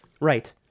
Right